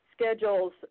schedules